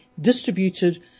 distributed